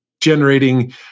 generating